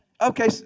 okay